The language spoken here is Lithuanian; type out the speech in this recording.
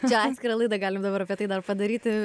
čia atskirą laidą galim dabar apie tai dar padaryti